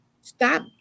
Stop